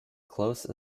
close